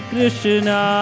Krishna